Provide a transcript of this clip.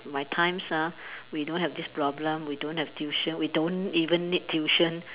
my times ah we don't have this problem we don't have tuition we don't even need tuition